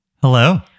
Hello